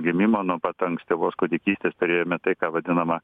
gimimo nuo pat ankstyvos kūdikystės turėjome tai ką vadinama